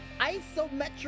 Isometric